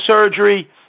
surgery